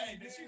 Hey